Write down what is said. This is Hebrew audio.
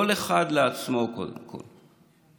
כל אחד לעצמו קודם כול.